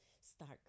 start